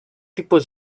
tipus